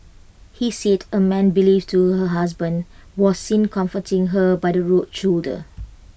he said A man believed to her husband was seen comforting her by the road shoulder